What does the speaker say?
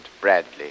Bradley